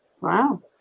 Wow